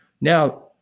Now